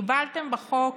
הגבלתם בחוק